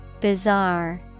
Bizarre